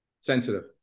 sensitive